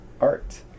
art